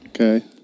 Okay